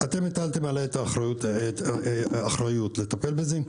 אתם הטלתם עליי אחריות לטפל בזה,